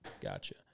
Gotcha